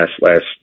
last